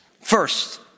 First